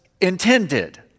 intended